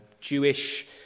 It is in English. Jewish